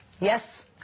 Yes